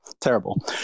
terrible